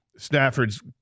Stafford's